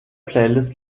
playlist